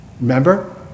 Remember